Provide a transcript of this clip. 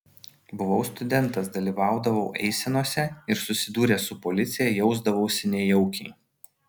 buvau studentas dalyvaudavau eisenose ir susidūręs su policija jausdavausi nejaukiai